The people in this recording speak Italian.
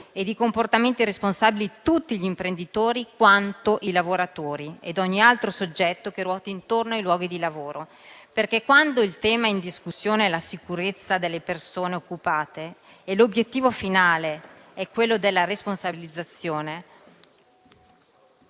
e di comportamenti responsabili tutti gli imprenditori quanto i lavoratori ed ogni altro soggetto che ruota intorno ai luoghi di lavoro. Quando il tema in discussione è la sicurezza delle persone occupate e l'obiettivo finale è quello della responsabilizzazione,